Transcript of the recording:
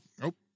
Nope